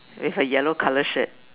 with a yellow colour shirt